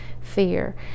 fear